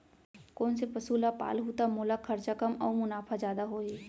कोन से पसु ला पालहूँ त मोला खरचा कम अऊ मुनाफा जादा होही?